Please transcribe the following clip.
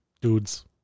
dudes